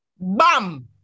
Bam